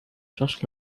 just